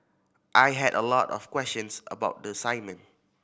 I had a lot of questions about the assignment